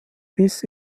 bis